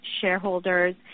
shareholders